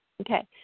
Okay